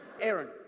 Aaron